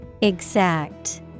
Exact